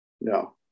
no